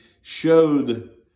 showed